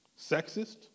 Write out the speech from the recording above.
sexist